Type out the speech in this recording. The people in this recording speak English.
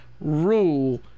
rule